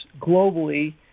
globally